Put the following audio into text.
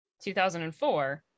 2004